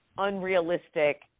unrealistic